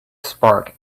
spark